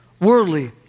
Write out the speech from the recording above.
Worldly